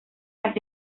las